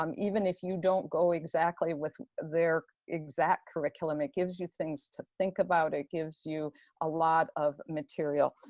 um even if you don't go exactly with their exact curriculum, it gives you things to think about. it gives you a lot of material.